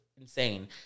insane